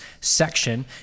section